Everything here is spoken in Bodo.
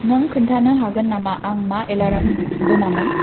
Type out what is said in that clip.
नों खोन्थानो हागोन नामा आं मा एलार्म दोनामोन